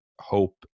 hope